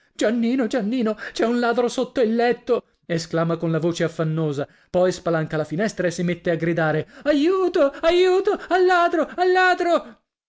giannino giannino c'è un ladro sotto il letto esclama con la voce affannosa poi spalanca la finestra e si mette a gridare aiuto aiuto al ladro al ladro